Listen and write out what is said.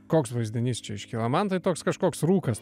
koks vaizdinys čia iškyla man tai toks kažkoks rūkas